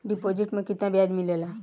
Deposit मे केतना बयाज मिलेला?